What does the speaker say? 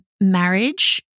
marriage